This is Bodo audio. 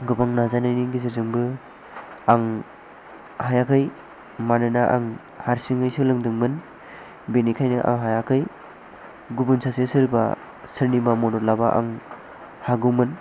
गोबां नाजानायनि गेजेरजोंबो आं हायाखै मानोना आं हारसिङै सोलोंदोंमोन बेनिखायनो आं हायाखै गुबुन सासे सोरबा सोरनिबा मदद लाबा आं हागौमोन